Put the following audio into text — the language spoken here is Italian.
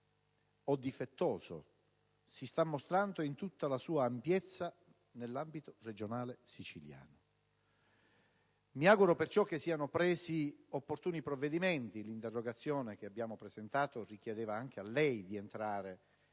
o difettoso si sta mostrando in tutta la sua ampiezza nell'ambito regionale siciliano. Mi auguro perciò che siano presi opportuni provvedimenti. L'interrogazione presentata richiedeva che lei entrasse